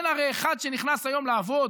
הרי היום אין אחד שנכנס לעבוד